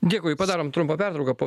dėkui padarom trumpą pertrauką po